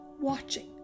watching